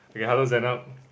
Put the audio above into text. okay hello Zainab